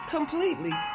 Completely